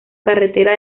carretera